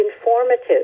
informative